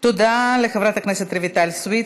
תודה לחברת הכנסת רויטל סויד.